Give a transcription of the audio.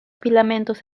filamentos